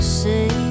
say